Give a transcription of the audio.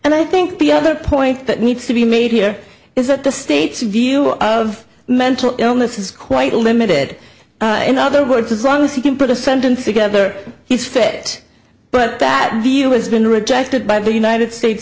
and i think the other point that needs to be made here is that the state's view of mental illness is quite limited in other words as long as he can put a sentence together he's fit but that view has been rejected by the united states